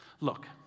Look